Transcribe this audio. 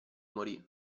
morì